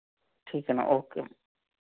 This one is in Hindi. ठीक है ना ओके मैम